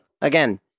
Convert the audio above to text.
again